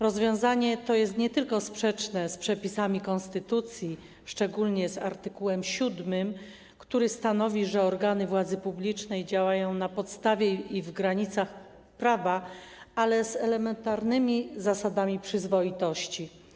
Rozwiązanie to jest sprzeczne nie tylko z przepisami konstytucji, szczególnie z art. 7, który stanowi, że organy władzy publicznej działają na podstawie i granicach prawa, ale też z elementarnymi zasadami przyzwoitości.